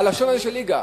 בלשון הזאת, של ליגה,